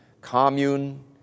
Commune